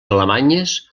alemanyes